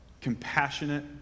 compassionate